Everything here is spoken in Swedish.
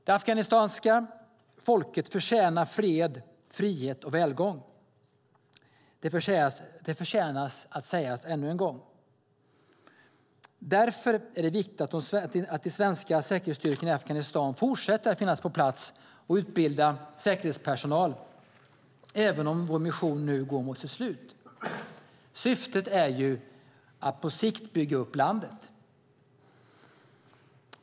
Det afghanska folket förtjänar fred, frihet och välgång. Det förtjänar att sägas ännu en gång. Därför är det viktigt att de svenska säkerhetsstyrkorna i Afghanistan fortsätter att finnas på plats och utbilda säkerhetspersonal, även om vår mission nu går mot sitt slut. Syftet är ju att på sikt bygga upp landet.